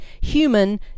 human